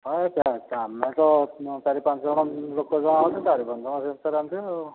ହଁ ଏଇ କାମ ତ ଚାରି ପାଞ୍ଚଜଣ ଲୋକ ଯାହାହେଲେ ଚାରିପାଞ୍ଚ ଜଣ ସେଇ ଅନୁସାରେ ରାନ୍ଧିବେ ଆଉ